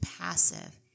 passive